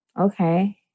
Okay